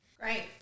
Great